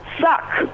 suck